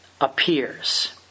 appears